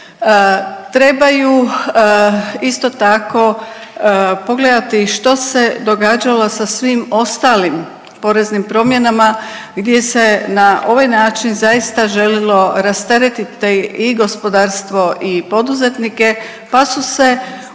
Trebaju isto tako pogledati što se događalo sa svim ostalim poreznim promjenama gdje se na ovaj način zaista želilo rasteretiti i gospodarstvo i poduzetnike, pa su se